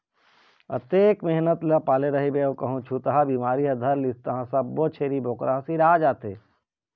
अतेक मेहनत ल पाले रहिबे अउ कहूँ छूतहा बिमारी धर लिस तहाँ ले सब्बो छेरी बोकरा ह सिरा जाथे